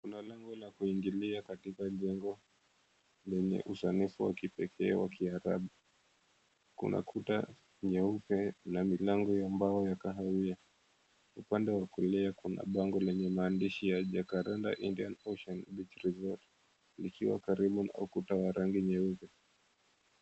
Kuna lango la kuingilia katika jengo lenye usanifu wa kipekee wa Kiarabu. Kuna kuta nyeupe na milango ya mbao ya kahawia. Upande wa kulia kuna bango lenye maandishi ya, "Jacaranda Indian Ocean Beach Resort," likiwa karibu na ukuta wa rangi nyeupe.